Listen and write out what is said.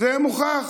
זה מוכח,